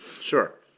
Sure